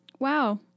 Wow